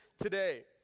today